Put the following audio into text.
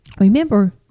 remember